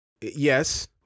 Yes